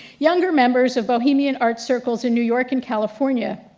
younger members of bohemian art circles in new york and california